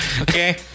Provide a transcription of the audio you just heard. Okay